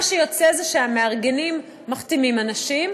מה שיוצא זה שהמארגנים מחתימים אנשים,